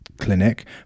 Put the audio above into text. clinic